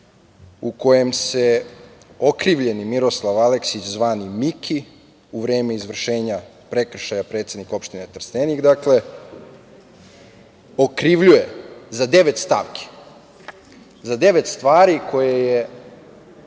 u kojem se okrivljeni Miroslav Aleksić, zvani Miki, u vreme izvršenja prekršaja predsednika opštine Trstenik, okrivljuje za devet stavki, za devet stvari koje je